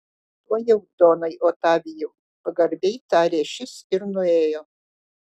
tuojau donai otavijau pagarbiai tarė šis ir nuėjo